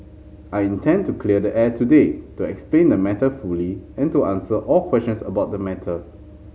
I intend to clear the air today to explain the matter fully and to answer all questions about the matter